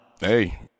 hey